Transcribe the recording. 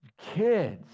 Kids